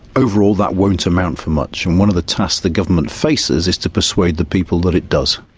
overall that won't amount for much, and one of the tasks the government faces is to persuade the people that it does.